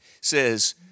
says